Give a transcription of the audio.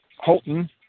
Holton